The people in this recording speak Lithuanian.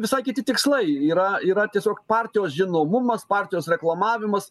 visai kiti tikslai yra yra tiesiog partijos žinomumas partijos reklamavimas